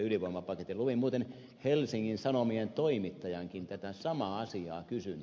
luin muuten helsingin sanomien toimittajankin tätä samaa asiaa kysyneen